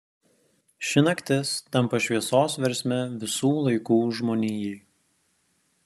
ši naktis tampa šviesos versme visų laikų žmonijai